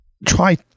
try